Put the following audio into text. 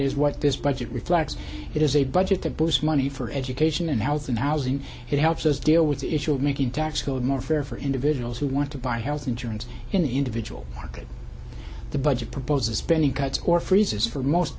is what this budget reflects it is a budget to boost money for education and health and housing it helps us deal with the issue of making tax code more fair for individuals who want to buy health insurance in the individual market the budget proposes spending cuts or freezes for most